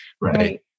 Right